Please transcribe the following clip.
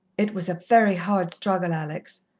it was a very hard struggle, alex.